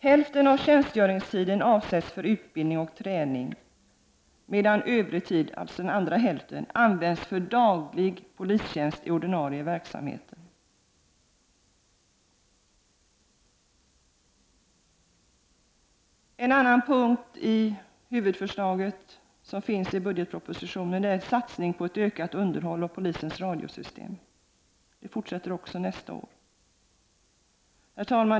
Hälften av tjänstgöringstiden avsätts för utbildning och träning, medan den övriga tiden avsätts för daglig polistjänst i den ordinarie verksamheten. En annan punkt i huvudförslaget i budgetpropositionen gäller en satsning på en ökning av underhållet av polisens radiosystem. Det fortsätter också nästa år. Herr talman!